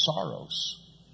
sorrows